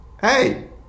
Hey